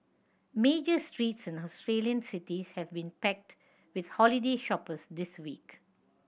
major streets in Australian cities have been packed with holiday shoppers this week